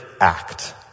act